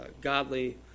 godly